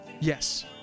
Yes